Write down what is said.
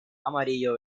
amarillo